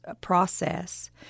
process